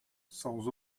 sans